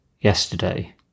yesterday